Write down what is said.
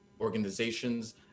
organizations